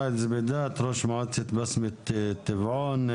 ראיד זבידאת, ראש מועצת בשמת טבעון.